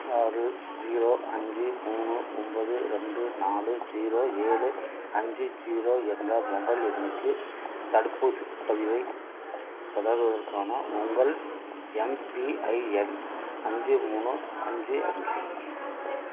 ஆறு ஜீரோ அஞ்சு மூணு ஒம்போது ரெண்டு நாலு ஜீரோ ஏழு அஞ்சு ஜீரோ என்ற மொபைல் எண்ணுக்கு தடுப்பூசிப் பதிவைத் தொடர்வதற்கான உங்கள் எம்பிஐஎன் அஞ்சு மூணு அஞ்சு அஞ்சு